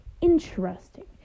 interesting